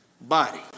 body